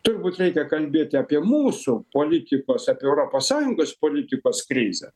turbūt reikia kalbėt apie mūsų politikos apie europos sąjungos politikos krizę